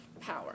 power